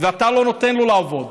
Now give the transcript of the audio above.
ואתה לא נותן לו לעבוד.